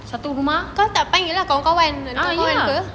satu rumah ah ya